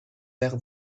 wäre